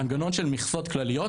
מנגנון של מכסות כלליות,